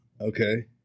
okay